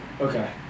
Okay